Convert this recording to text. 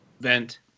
Vent